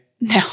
no